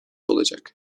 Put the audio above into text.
olacak